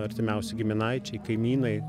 artimiausi giminaičiai kaimynai